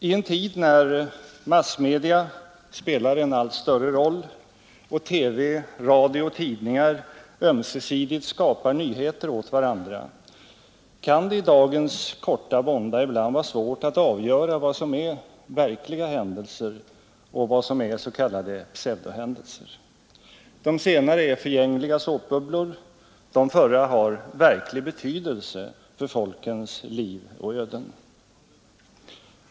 I en tid när massmedia spelar en allt större roll och TV, radio och tidningar ömsesidigt skapar nyheter åt varandra kan det i dagens korta vånda ibland vara svårt att avgöra vad som är verkliga händelser och vad som är s.k. pseudohändelser. De senare är förgängliga såpbubblor. De förra har verklig betydelse för folkens liv och öden.